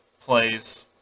plays